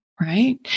Right